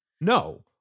No